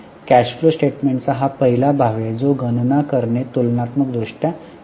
cash flow स्टेटमेंटचा हा पहिला भाग आहे जो गणना करणे तुलनात्मक दृष्ट्या क्लिष्ट आहे